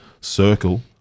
circle